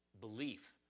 belief